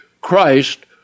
Christ